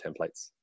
templates